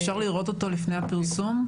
אפשר לראות אותו לפני הפרסום?